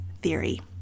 Theory